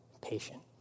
patient